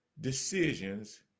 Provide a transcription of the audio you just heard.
decisions